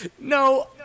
No